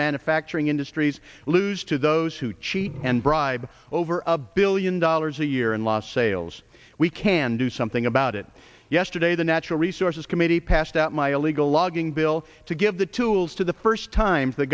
manufacturing industries lose to those who cheat and bribe over a billion dollars a year in lost sales we can do something about it yesterday the natural resources committee passed out my illegal logging bill to give the tools to the first time the